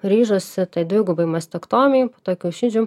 ryžosi tai dvigubai mastektomijai po to kiaušidžių